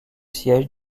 siège